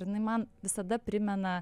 ir jinai man visada primena